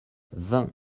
vingt